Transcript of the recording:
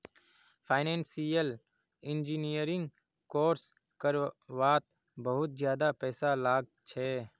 financial engineering course कर वात बहुत ज्यादा पैसा लाग छे